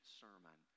sermon